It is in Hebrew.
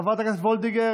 חברת הכנסת מאי גולן,